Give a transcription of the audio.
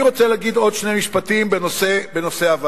אני רוצה להגיד עוד שני משפטים בנושא הוועדה